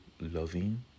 loving